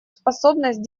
способность